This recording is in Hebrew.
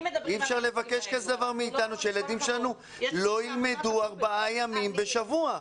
אי אפשר לבקש דבר כזה מאתנו כשהילדים שלנו לא ילמדו ארבעה ימים בשבוע.